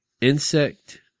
Insect